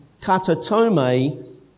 katatome